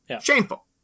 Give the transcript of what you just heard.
shameful